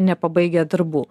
nepabaigę darbų